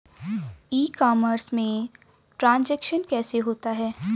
E commerce में transaction कैसे होता है?